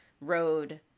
road